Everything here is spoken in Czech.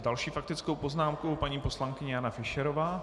S další faktickou poznámkou paní poslankyně Jana Fischerová.